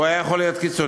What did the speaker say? הוא היה יכול להיות קיצוני.